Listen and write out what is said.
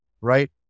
right